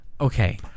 Okay